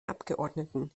abgeordneten